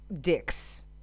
dicks